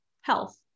health